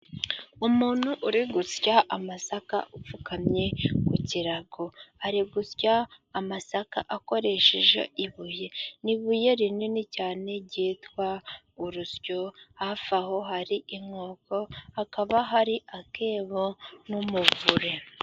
Umuntu uri gusya amasaka apfukamye ku kirago . Ari gusya amasaka akoresheje ibuye . Ni ibuye rinini cyane ryitwa urusyo, hafi aho hari inkoko hakaba hari akebo n'umuvure.